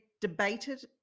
debated